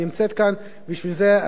בשביל זה בחרו בנו,